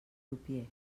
crupier